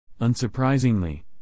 Unsurprisingly